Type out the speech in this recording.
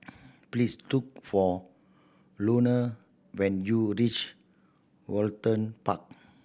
please look for Luanne when you reach Woollerton Park